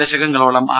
ദശകങ്ങളോളം R